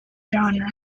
genre